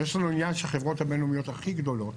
יש לנו עניין שהחברות הבין-לאומיות הכי גדולות